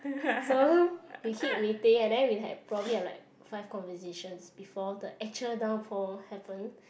so we keep waiting and then we had probably have like five conversations before the actual downpour happen